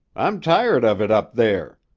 i'm tired of it up there.